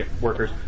workers